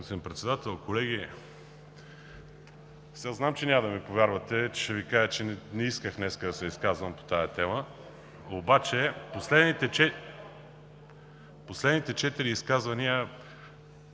господин Председател, колеги! Знам, че няма да ми повярвате, като Ви кажа, че не исках днес да се изказвам по тази тема, обаче последните четири изказвания